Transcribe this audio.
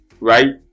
right